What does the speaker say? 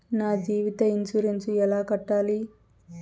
నా జీవిత ఇన్సూరెన్సు ఎలా కట్టాలి?